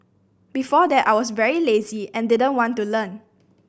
before that I was very lazy and didn't want to learn